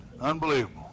Unbelievable